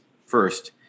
First